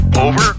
Over